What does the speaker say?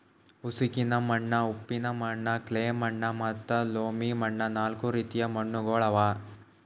ಉಸುಕಿನ ಮಣ್ಣ, ಉಪ್ಪಿನ ಮಣ್ಣ, ಕ್ಲೇ ಮಣ್ಣ ಮತ್ತ ಲೋಮಿ ಮಣ್ಣ ನಾಲ್ಕು ರೀತಿದು ಮಣ್ಣುಗೊಳ್ ಅವಾ